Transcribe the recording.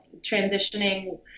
transitioning